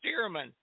steerman